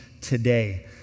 today